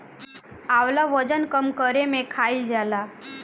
आंवला वजन कम करे में खाईल जाला